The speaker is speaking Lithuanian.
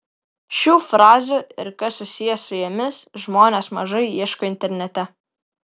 šių frazių ir kas susiję su jomis žmonės mažai ieško internete